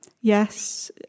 Yes